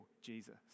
Jesus